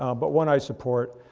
um but one i support.